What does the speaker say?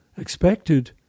expected